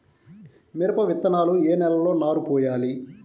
మిరప విత్తనాలు ఏ నెలలో నారు పోయాలి?